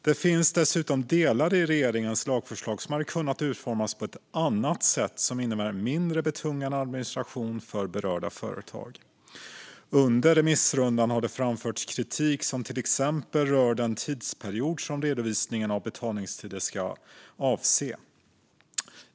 Det finns delar i regeringens lagförslag som hade kunnat utformas på ett annat sätt som skulle innebära mindre betungande administration för berörda företag. Under remissrundan har det framförts kritik som till exempel rör den tidsperiod som redovisningen av betalningstider ska avse.